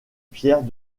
pierres